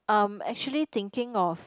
um actually thinking of